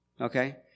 Okay